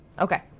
Okay